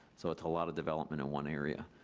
so it's a lot of development in one area,